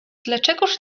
dlaczegóż